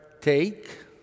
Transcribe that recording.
take